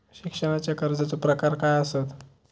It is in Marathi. शिक्षणाच्या कर्जाचो प्रकार काय आसत?